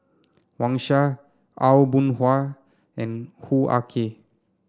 Wang Sha Aw Boon Haw and Hoo Ah Kay